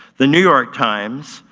the new york times,